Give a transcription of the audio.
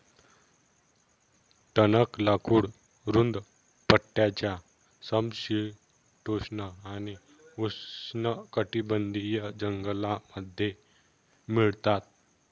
टणक लाकूड रुंद पट्ट्याच्या समशीतोष्ण आणि उष्णकटिबंधीय जंगलांमध्ये मिळतात